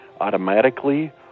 automatically